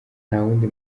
ntawundi